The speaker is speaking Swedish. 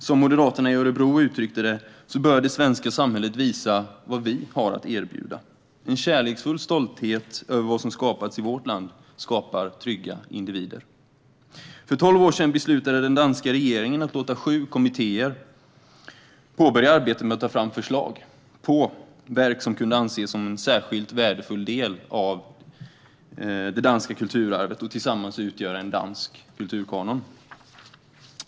Som moderater i Örebro uttryckte bör det svenska samhället visa vad vi har att erbjuda. En kärleksfull stolthet över vad som skapats i vårt land skapar trygga individer. För tolv år sedan beslutade den danska regeringen att låta sju kommittéer påbörja arbetet med att ta fram förslag på verk som kunde anses som en särskilt värdefull del av det danska kulturarvet och tillsammans utgöra en dansk kulturkanon.